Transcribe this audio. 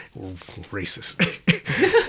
Racist